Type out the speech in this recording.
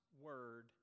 Word